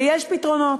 ויש פתרונות.